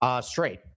Straight